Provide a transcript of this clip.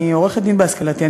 אני עורכת-דין בהשכלתי,